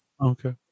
Okay